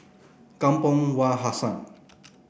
Kampong Wak Hassan